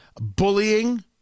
bullying